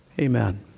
Amen